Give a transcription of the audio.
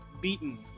beaten